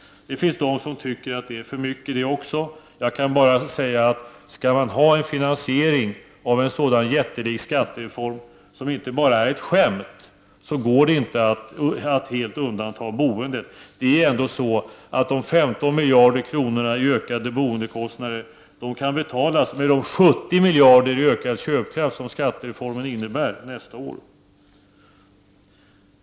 Det finns de som tycker att också det är för mycket. Jag kan då bara säga att skall man åstadkomma en finansiering som inte bara är ett skämt av en sådan jättelik skattereform går det inte att helt undanta boendet. De 15 miljarder kronorna i ökade boendekostnader kan ju ändå betalas med de 70 miljarder kronor i ökad köpkraft som skattereformen innebär nästa år.